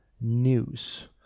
news